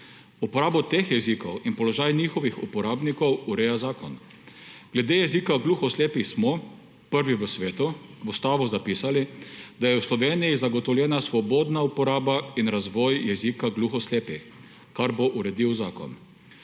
Uporabo teh jezikov in položaj njihovih uporabnikov ureja zakon. Glede jezika gluhoslepih smo, prvi v svetu, v ustavo zapisali, da je v Sloveniji zagotovljena svobodna uporaba in razvoj jezika gluhoslepih, kar bo uredil zakon.